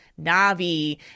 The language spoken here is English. Na'Vi